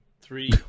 three